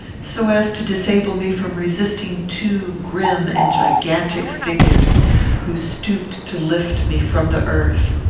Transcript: so as to disable me from resisting two grim and gigantic figures who stooped to lift me from the earth.